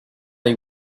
hay